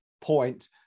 point